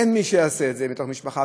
אין מי שיעשה את זה בתוך המשפחה.